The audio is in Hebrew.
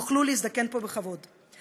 יוכל להזדקן פה בכבוד.